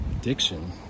diction